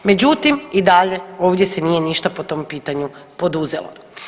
Međutim i dalje ovdje se nije ništa po tom pitanju poduzelo.